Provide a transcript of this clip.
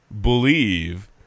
believe